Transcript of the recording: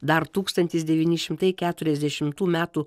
dar tūkstantis devyni šimtai keturiasdešimtų metų